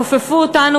כופפו אותנו,